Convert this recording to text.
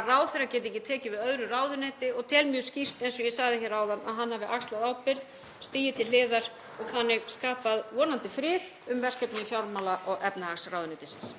að ráðherra geti ekki tekið við öðru ráðuneyti og tel mjög skýrt, eins og ég sagði hér áðan, að hann hafi axlað ábyrgð, stigið til hliðar og þannig skapað vonandi frið um verkefni fjármála- og efnahagsráðuneytisins.